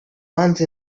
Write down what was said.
once